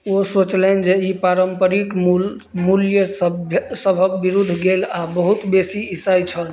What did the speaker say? ओ सोचलनि जे ई पारम्परिक मूल मूल्य सभ सभक विरुद्ध गेल आओर बहुत बेसी ईसाइ छल